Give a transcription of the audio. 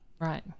right